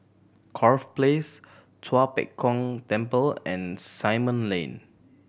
Corfe Place Tua Pek Kong Temple and Simon Lane